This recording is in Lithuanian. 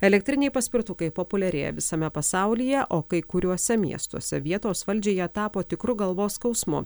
elektriniai paspirtukai populiarėja visame pasaulyje o kai kuriuose miestuose vietos valdžiai jie tapo tikru galvos skausmu